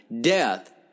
Death